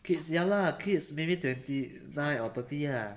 kids ya lah kids maybe twenty nine or thirty ah